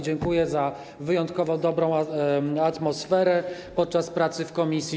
Dziękuję za wyjątkowo dobrą atmosferę podczas pracy w komisji.